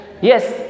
Yes